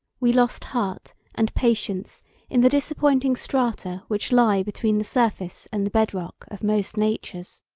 we lost heart and patience in the disappointing strata which lie between the surface and the bed-rock of most natures.